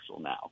now